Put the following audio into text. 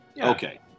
okay